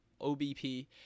OBP